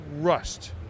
rust